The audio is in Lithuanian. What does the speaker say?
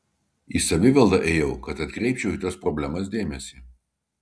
į savivaldą ėjau kad atkreipčiau į tas problemas dėmesį